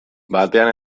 batean